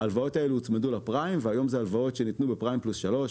ההלוואות האלה הוצמדו לפריים והיום זה הלוואות שניתנו בפריים פלוס 3,